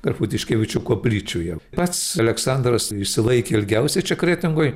grafų tiškevičių koplyčioje pats aleksandras išsilaikė ilgiausiai čia kretingoj